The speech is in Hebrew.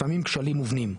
לפעמים כשלים מובנים,